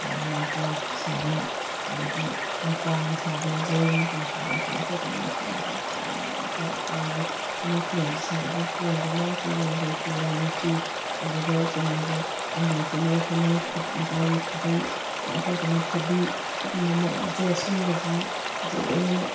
one ply ꯁꯥꯕ ꯑꯗꯩꯗꯤ ꯃꯨꯀꯥꯒꯤ ꯁꯥꯕ ꯖꯦꯔꯣ ꯃꯨꯀꯥ ꯁꯥꯕ ꯁꯨꯃꯥꯏꯅ ꯇꯧꯗꯅ ꯃꯈꯜ ꯃꯈꯥ ꯀꯌꯥ ꯀꯌꯥ ꯀꯌꯥꯒꯤ ꯐꯅꯦꯛ ꯐꯤꯔꯣꯜꯁꯤ ꯁꯥꯏ ꯑꯗꯨ ꯀꯣꯟꯗꯅ ꯑꯩꯈꯣꯏꯒꯤ ꯋꯥꯡꯈꯩ ꯐꯤ ꯔꯥꯅꯤ ꯐꯤ ꯑꯗꯨꯒ ꯆꯨꯝꯅꯒꯤ ꯑꯌꯨꯛ ꯅꯨꯡꯗꯥꯡ ꯁꯦꯠꯅꯕ ꯐꯅꯦꯛ ꯅꯨꯄꯥꯒꯤ ꯈꯨꯗꯩ ꯁꯨꯃꯥꯏꯅ ꯇꯧꯗꯅ ꯐꯗꯤ ꯁꯨꯒꯨꯝꯕ ꯃꯌꯥꯝꯁꯦ ꯁꯨꯝꯕꯁꯤ ꯁꯦ ꯂꯣꯏꯅꯃꯛ